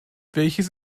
welches